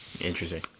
Interesting